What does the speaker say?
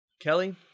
kelly